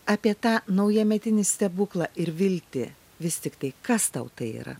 apie tą naujametinį stebuklą ir viltį vis tiktai kas tau tai yra